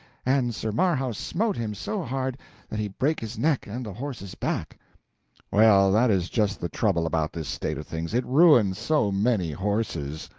and sir marhaus smote him so hard that he brake his neck and the horse's back well, that is just the trouble about this state of things, it ruins so many horses.